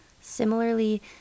Similarly